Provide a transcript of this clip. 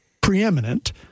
preeminent